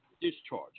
discharge